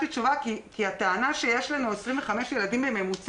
בטח אי-אפשר לפתוח מהיום למחר.